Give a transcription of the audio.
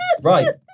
Right